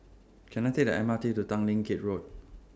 Can I Take The M R T to Tanglin Gate Road